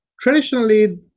Traditionally